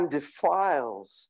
defiles